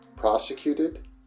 prosecuted